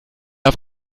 auf